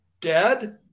dead